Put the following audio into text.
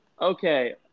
Okay